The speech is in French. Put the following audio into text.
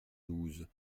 douze